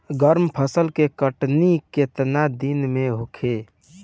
गर्मा फसल के कटनी केतना दिन में होखे?